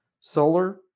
Solar